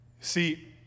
See